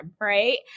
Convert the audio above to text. right